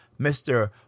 Mr